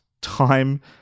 time